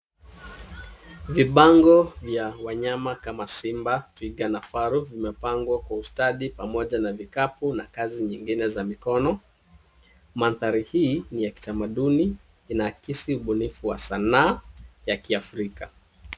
Vibango vya wanyama kama simba, twiga na faru vimepangwa kwa ustadi pamoja na vikapu na kazi nyingineza mikono. Mandhari hii ni kitamaduni inakisi ubunifu wa Sanaa za kiafrika.